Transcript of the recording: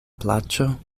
plaĉo